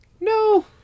No